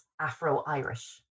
Afro-Irish